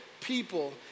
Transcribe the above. people